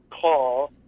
call